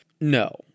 No